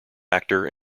actor